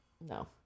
No